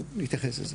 נתייחס לזה.